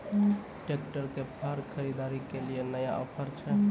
Tractor के फार खरीदारी के लिए नया ऑफर छ?